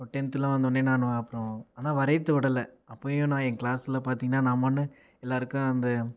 இப்போ டென்த்துலாம் வந்தவொடனே நானு அப்புறம் ஆனால் வரையுறதை விடல அப்போயும் நான் என் கிளாஸில் பார்த்தீங்கனா நான் மன்னும் எல்லாருக்கும் அந்த